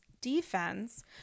defense